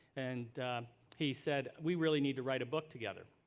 and he said, we really need to write a book together.